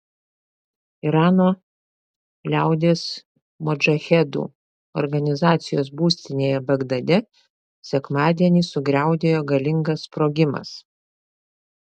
irano liaudies modžahedų organizacijos būstinėje bagdade sekmadienį sugriaudėjo galingas sprogimas